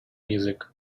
music